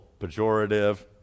pejorative